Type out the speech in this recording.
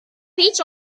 beach